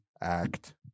act